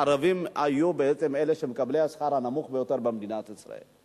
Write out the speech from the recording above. ערבים היו בעצם ממקבלי השכר הנמוך ביותר במדינת ישראל.